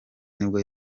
nibwo